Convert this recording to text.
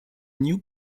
new